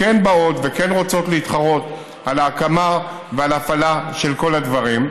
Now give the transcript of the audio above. כן באות וכן רוצות להתחרות על ההקמה ועל ההפעלה של כל הדברים.